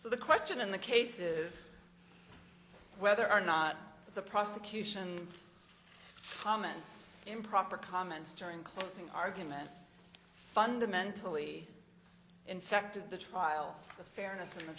so the question in the case is whether or not the prosecution's comments improper comments during closing argument fundamentally infected the trial the fairness of the